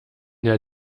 der